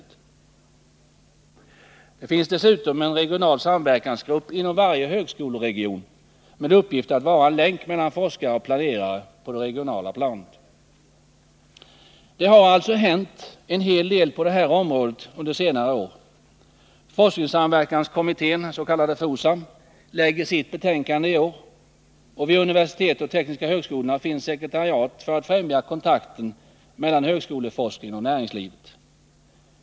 Inom varje högskoleregion finns dessutom en regional samverkansgrupp med uppgift att vara en länk mellan forskare och planerare på det regionala planet. Det har alltså hänt en hel del på det här området under senare år. Forskningssamverkanskommittén, FOSAM, framlägger sitt betänkande i år. Vid universiteten och de tekniska högskolorna finns sekretariat för att främja kontakten mellan högskoleforskningen och näringslivet.